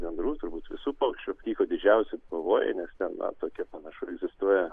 gandrų turbūt visų paukščių tyko didžiausi pavojai nes ten na tokia panašu egzistuoja